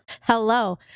Hello